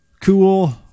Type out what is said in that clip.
cool